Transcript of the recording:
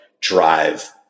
drive